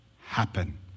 happen